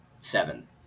seven